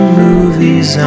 movies